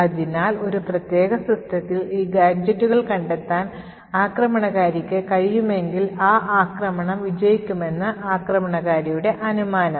അതിനാൽ ഒരു പ്രത്യേക സിസ്റ്റത്തിൽ ഈ ഗാഡ്ജെറ്റുകൾ കണ്ടെത്താൻ ആക്രമണകാരിക്ക് കഴിയുമെങ്കിൽ ആ ആക്രമണം വിജയിക്കുമെന്നാണ് ആക്രമണകാരിയുടെ അനുമാനം